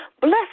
Bless